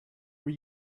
were